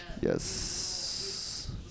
Yes